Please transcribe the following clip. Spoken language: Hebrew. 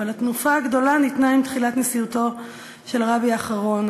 אבל התנופה הגדולה ניתנה עם תחילת נשיאותו של הרבי האחרון,